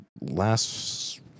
last